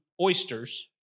oysters